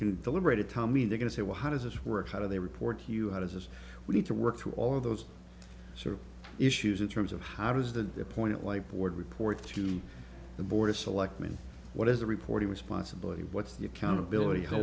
can deliberative tommy they're going to say well how does this work how do they report to you how does this we need to work through all of those sort of issues in terms of how does the point like board report to the board of selectmen what is the reporting responsibility what's the accountability how